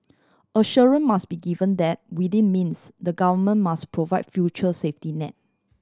assurance must be given that within means the Government must provide future safety net